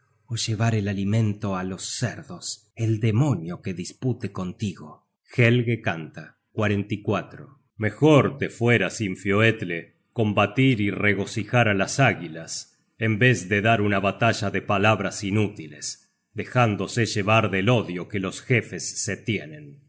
ó llevar el alimento á los cerdos el demonio que dispute contigo helge canta mejor te fuera sinfioetle combatir y regocijar á las águilas en vez de dar una batalla de palabras inútiles dejándose llevar del odio que los jefes se tienen